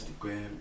Instagram